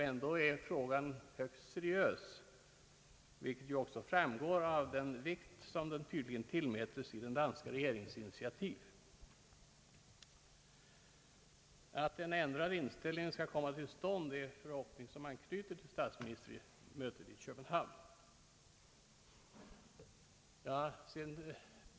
Ändå är frågan högst seriös, vilket också framgår av den vikt som den tydligen tillmäts i den danska regeringens initiativ. Att en ändrad inställning skall komma till stånd är en förhoppning som man knyter till statsministermötet i Köpenhamn.